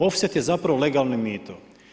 Ofset je zapravo legalni mito.